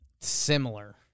similar